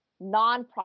nonprofit